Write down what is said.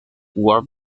world